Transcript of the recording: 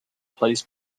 plays